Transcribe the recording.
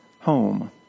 home